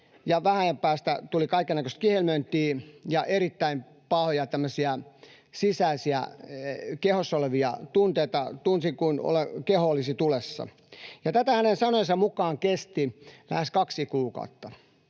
vähän ajan päästä tuli kaikennäköistä kihelmöintiä ja erittäin pahoja sisäisiä, kehossa olevia tunteita — tuntui kuin keho olisi tulessa — ja tätä hänen sanojensa mukaan kesti lähes kaksi kuukautta.